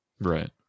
Right